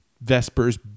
Vespers